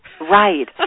Right